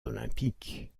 olympiques